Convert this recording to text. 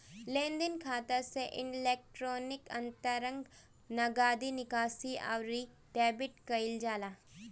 लेनदेन खाता से इलेक्ट्रोनिक अंतरण, नगदी निकासी, अउरी डेबिट कईल जाला